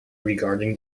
regarding